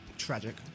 tragic